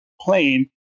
plane